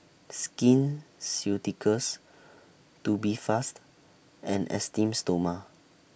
Skin Ceuticals Tubifast and Esteem Stoma